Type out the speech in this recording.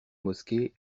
mosquée